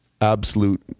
absolute